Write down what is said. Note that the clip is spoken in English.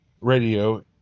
radio